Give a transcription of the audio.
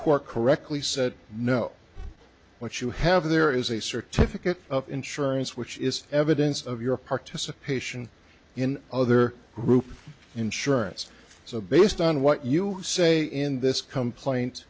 court correctly said no what you have there is a certificate of insurance which is evidence of your participation in other group insurance so based on what you say in this complaint